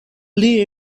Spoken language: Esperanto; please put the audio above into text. pli